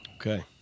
Okay